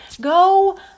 go